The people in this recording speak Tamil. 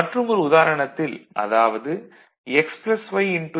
z மற்றும் ஒரு உதாரணத்தில் அதாவது x y